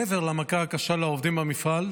מעבר למכה הקשה לעובדים במפעל,